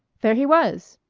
there he was!